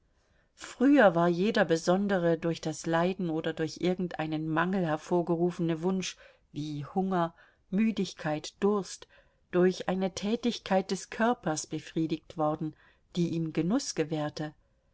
früher war jeder besondere durch das leiden oder durch irgendeinen mangel hervorgerufene wunsch wie hunger müdigkeit durst durch eine tätigkeit des körpers befriedigt worden die ihm genuß gewährte